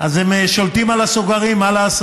אז הם שולטים על הסוגרים, מה לעשות.